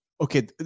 Okay